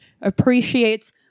appreciates